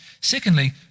Secondly